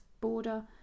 border